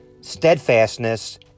steadfastness